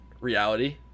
reality